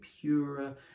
purer